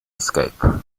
escape